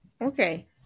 Okay